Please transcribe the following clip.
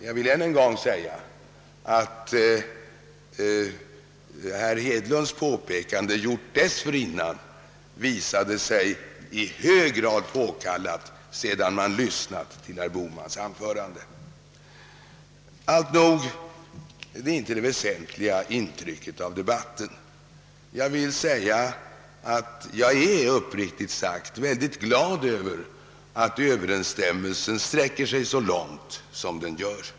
Jag vill ännu en gång säga, att herr Hedlunds tidigare påpekande visat sig i hög grad påkallat sedan man har fått lyssna till herr Bohmans anförande. Detta är emellertid inte det väsentliga intrycket av debatten. Jag är uppriktigt sagt mycket glad att överensstämmelsen sträcker sig så långt som den gör.